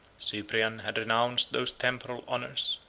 cyprian had renounced those temporal honors,